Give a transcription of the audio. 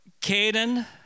Caden